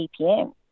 EPM